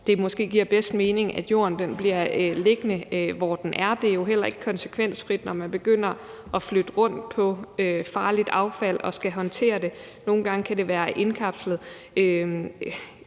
giver bedst mening, at jorden bliver liggende, hvor den er. Det er jo heller ikke konsekvensfrit, når man begynder at flytte rundt på farligt affald og skal håndtere det. Nogle gange kan det være indkapslet